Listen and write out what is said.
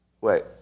wait